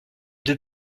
deux